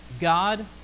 God